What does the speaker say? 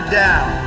down